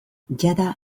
jada